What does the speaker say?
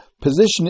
position